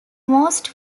most